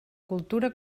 cultura